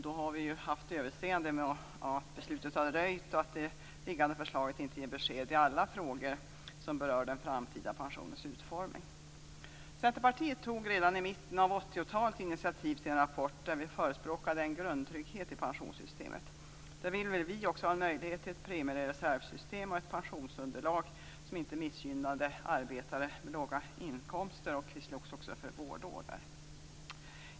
Då har vi haft överseende med att beslutet har dröjt och att föreliggande förslag inte ger besked i alla frågor som rör den framtida pensionens utformning. Centerpartiet tog redan i mitten av 80-talet initiativ till en rapport där vi förespråkade en grundtrygghet i pensionssystemet. Där ville vi också ha möjlighet till ett premiereservssystem och ett pensionsunderlag som inte missgynnar arbetare med låga inkomster. Vi slogs också för detta med vårdår.